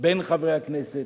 בין חברי הכנסת,